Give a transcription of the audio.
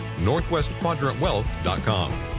NorthwestQuadrantWealth.com